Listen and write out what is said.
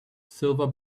silver